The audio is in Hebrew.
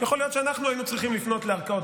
יכול להיות שאנחנו היינו צריכים לפנות לערכאות